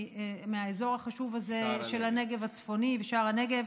הוא מהאזור החשוב הזה של הנגב הצפוני ושער הנגב,